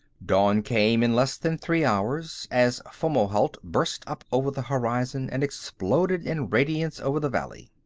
dawn came in less than three hours, as fomalhaut burst up over the horizon and exploded in radiance over the valley.